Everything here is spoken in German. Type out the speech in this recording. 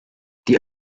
die